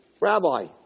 Rabbi